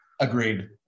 Agreed